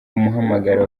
umuhamagaro